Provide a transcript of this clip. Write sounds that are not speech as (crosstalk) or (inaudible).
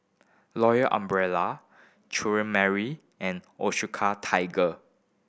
Royal Umbrella (unintelligible) Mary and Osuka Tiger